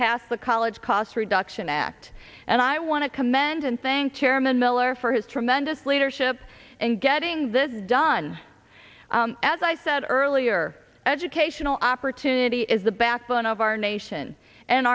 pass the college cost reduction act and i want to commend and thank chairman miller for his tremendous leadership and getting this done as i said earlier educational opportunity is the backbone of our nation and